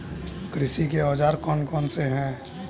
कृषि के औजार कौन कौन से हैं?